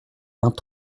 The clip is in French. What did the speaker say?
vingt